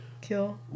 Kill